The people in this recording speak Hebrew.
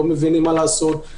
לא מבינים מה לעשות.